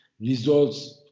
results